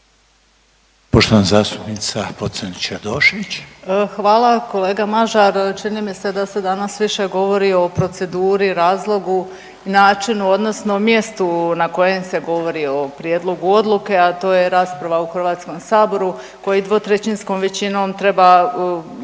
**Pocrnić-Radošević, Anita (HDZ)** Hvala. Kolega Mažar čini mi se da se danas više govori o proceduri, razlogu, načinu odnosno mjestu na kojem se govori o prijedlogu odluke, a to je rasprava u Hrvatskom saboru koji 2/3 većinom treba,